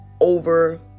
over